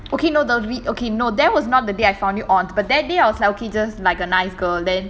okay no rea~ okay no that was not the day I found you ons but that day I was like okay just like a nice girl then